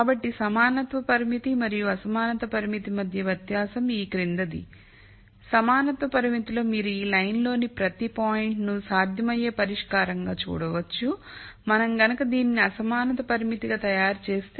కాబట్టి సమానత్వ పరిమితి మరియు అసమానత పరిమితి మధ్య వ్యత్యాసం ఈ క్రిందిది సమానత్వ పరిమితిలో మీరు ఈ లైన్ లోని ప్రతి బిందువును సాధ్యమయ్యే పరిష్కారం గా చూడవచ్చు మనం కనుక దీని ని అసమానత పరిమితి గా తయారుచేస్తే